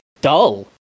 dull